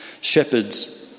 Shepherds